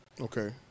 Okay